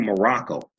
Morocco